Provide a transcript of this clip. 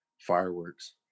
fireworks